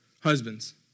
Husbands